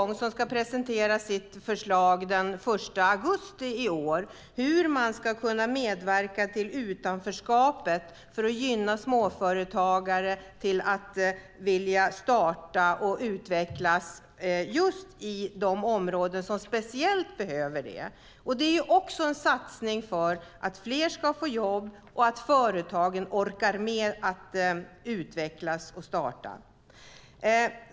Nu arbetar en utredning med hur man ska kunna motverka utanförskapet genom att småföretag kan utvecklas just i de områden som speciellt behöver det. Utredningen ska presentera sitt förslag den 1 augusti i år. Det är en satsning för att fler ska få jobb genom att företag startas och utvecklas.